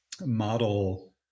model